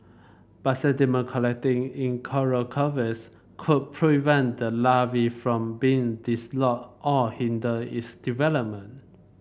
but sediment collecting in coral could prevent the larva from being dislodged or hinder its development